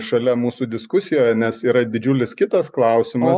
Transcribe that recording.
šalia mūsų diskusijoje nes yra didžiulis kitas klausimas